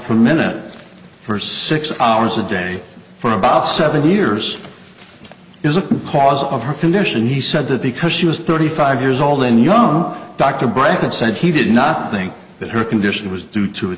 per minute for six hours a day for about seven years is a cause of her condition he said that because she was thirty five years old and young dr britton said he did not think that her condition was due to